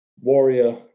Warrior